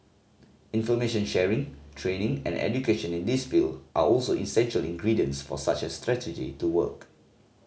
information sharing training and education in this field are also essential ingredients for such a strategy to work